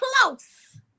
close